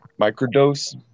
microdose